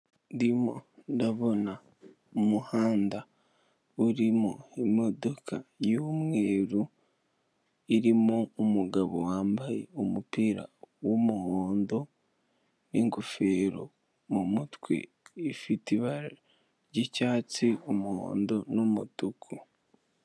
Ndimo ndabona umuhanda uririmo imodoka y'umweru irimo umugabo wambaye umupira w'umuhondo, n'ingofero mu mutwe ifite ibara ry'icyatsi umuhondo n'umutuku.